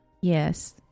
Yes